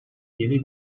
yeni